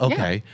Okay